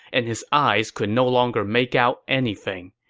and his eyes could no longer make out anything.